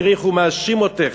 תראי איך הוא מאשים אותך,